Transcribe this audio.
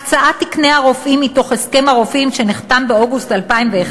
הקצאת תקני הרופאים מתוך הסכם הרופאים שנחתם באוגוסט 2011,